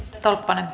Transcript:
saa